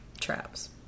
Traps